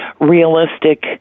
realistic